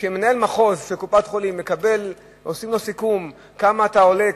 כשלמנהל מחוז של קופת-חולים עושים סיכום כמה אתה עולה,